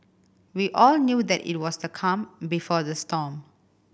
we all knew that it was the calm before the storm